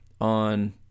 on